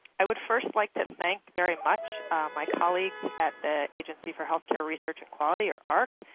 i would first like to thank very much my colleagues at the agency for healthcare research and quality, or ahrq,